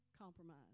compromise